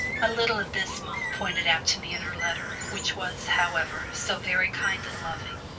a little of this mamma pointed out to me in her letter, which was, however, so very kind and loving,